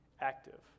active